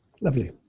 lovely